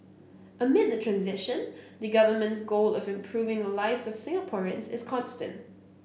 amid the transition the Government's goal of improving the lives of Singaporeans is constant